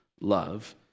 love